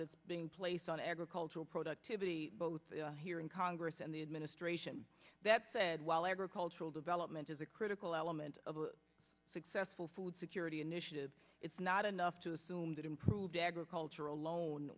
being placed on agricultural productivity both here in congress and the administration that said while agricultural development is a critical element of a successful food security initiative it's not enough to assume that improved agriculture alone